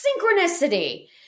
synchronicity